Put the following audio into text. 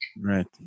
Right